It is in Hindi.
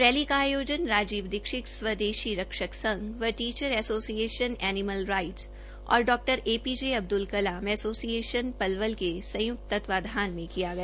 रैली का आयोजन Rajiv Dixit Swadeshi Rakshak Sangh teacher association animal rights और डा A P J Abdul Kalam association Palwal के संयुक्त तत्वाधान में किया गया